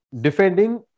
defending